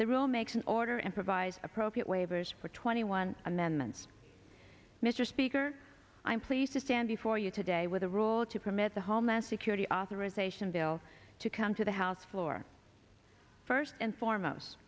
the rule makes an order and provides appropriate waivers for twenty one amendments mr speaker i'm pleased to stand before you today with a rule to permit the homeland security authorization bill to come to the house floor first and foremost